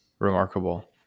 remarkable